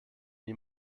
die